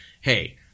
hey